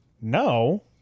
No